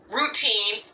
routine